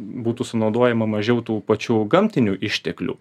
būtų sunaudojama mažiau tų pačių gamtinių išteklių